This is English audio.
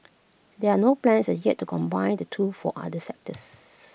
there are no plans as yet to combine the two for other sectors